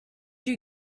you